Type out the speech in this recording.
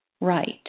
right